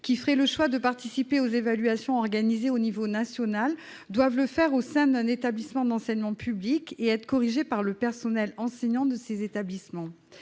qui feraient le choix de participer aux évaluations organisées à l'échelon national doivent le faire au sein d'un établissement d'enseignement public et que leurs épreuves doivent être corrigées par le personnel enseignant de cet établissement.